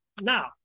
now